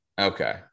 Okay